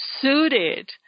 suited